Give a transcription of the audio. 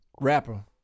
Rapper